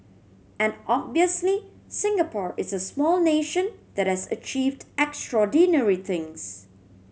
and obviously Singapore is a small nation that has achieved extraordinary things